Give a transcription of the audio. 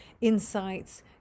Insights